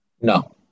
No